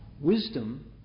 Wisdom